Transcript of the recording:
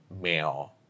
male